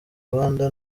rwanda